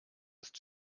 ist